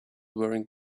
wearing